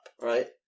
right